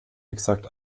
exakt